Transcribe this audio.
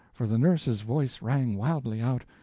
for the nurse's voice rang wildly out,